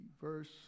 verse